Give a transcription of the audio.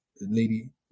lady